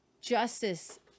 justice